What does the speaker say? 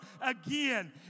again